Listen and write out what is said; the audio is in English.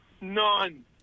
None